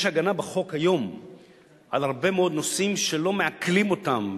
יש הגנה בחוק היום על הרבה מאוד נושאים שלא מעקלים אותם,